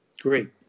great